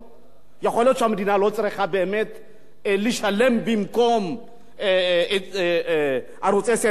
יכול להיות שהמדינה לא צריכה באמת לשלם במקום ערוץ-10 את חובותיו.